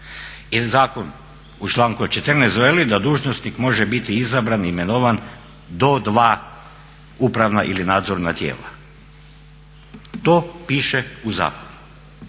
zakon u članku 14.veli da dužnosnik može biti izabran, imenovan do 2 upravna ili nadzorna tijela. To piše u zakonu.